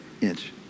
inch